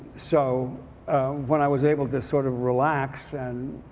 so when i was able to sort of relax and